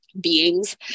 beings